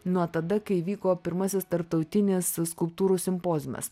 nuo tada kai vyko pirmasis tarptautinis skulptūrų simpoziumas